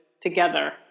together